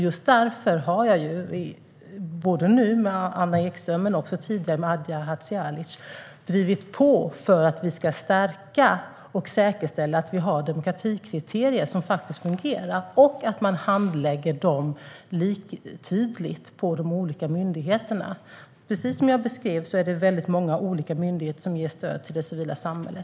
Just därför har jag, nu med Anna Ekström men också tidigare med Aida Hadzialic, drivit på för att stärka och säkerställa att vi har demokratikriterier som fungerar och för att de ska handläggas likvärdigt på de olika myndigheterna. Precis som jag beskrev är det många olika myndigheter som ger stöd till det civila samhället.